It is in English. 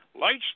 lights